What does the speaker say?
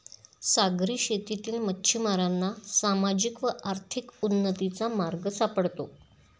सागरी शेतीतील मच्छिमारांना सामाजिक व आर्थिक उन्नतीचा मार्ग सापडतो